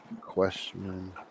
Question